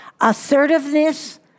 Assertiveness